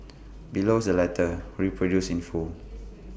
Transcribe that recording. below is the letter reproduced in full